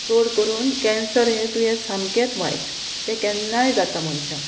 चड करून कँसर हें दुयेंस सामकेंच वायट तें केन्नाय जाता मनशाक